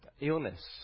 illness